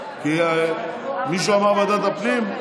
מישהו אמר ועדת הפנים?